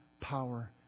power